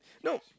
no